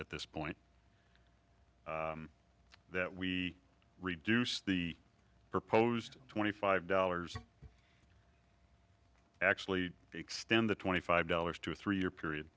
at this point that we reduce the proposed twenty five dollars actually extend the twenty five dollars to a three year period